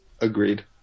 Agreed